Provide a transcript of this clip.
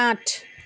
আঠ